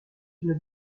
une